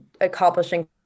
accomplishing